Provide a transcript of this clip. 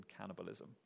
cannibalism